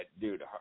dude